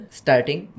starting